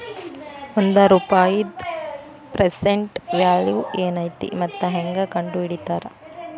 ಒಂದ ರೂಪಾಯಿದ್ present value ಏನೈತಿ ಮತ್ತ ಹೆಂಗ ಕಂಡಹಿಡಿತಾರಾ